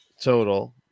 Total